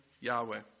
Yahweh